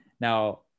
Now